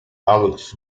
alex